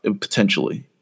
potentially